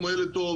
כמו ילד טוב,